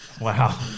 Wow